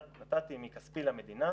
נתתי מכספי למדינה.